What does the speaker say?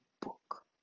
book